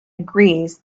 agrees